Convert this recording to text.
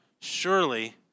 surely